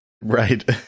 right